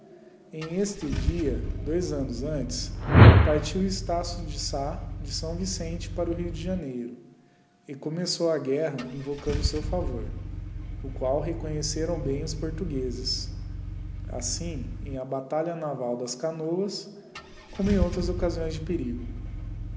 este dia dois annos antes partiu estado de sá de s vicente para o rio de janeiro e começou a guerra invocando o seu favor o qual reconheceram bem os portuguezes assim em a batalha naval das canoas como em outras occasiões de perigo